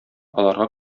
аларга